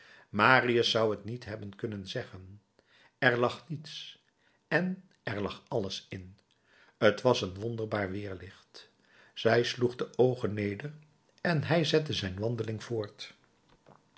marius zou t niet hebben kunnen zeggen er lag niets en er lag alles in t was een wonderbaar weêrlicht zij sloeg de oogen neder en hij zette zijn wandeling voort